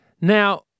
Now